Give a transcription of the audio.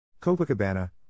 Copacabana